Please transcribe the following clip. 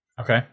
Okay